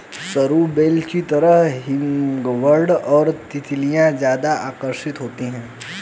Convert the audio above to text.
सरू बेल की तरफ हमिंगबर्ड और तितलियां ज्यादा आकर्षित होती हैं